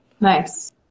nice